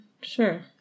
sure